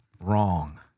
wrong